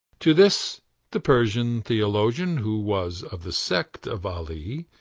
to this the persian theologian, who was of the sect of ali,